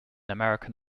american